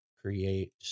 Create